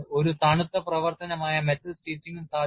ഒരു തണുത്ത പ്രവർത്തനമായ മെറ്റൽ സ്റ്റിച്ചിംഗും സാധ്യമാണ്